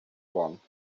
one